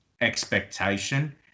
expectation